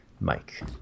Mike